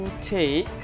Take